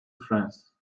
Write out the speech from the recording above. france